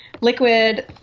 liquid